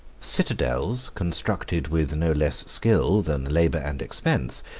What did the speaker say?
citadels, constructed with no less skill than labor and expense,